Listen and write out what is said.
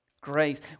grace